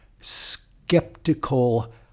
skeptical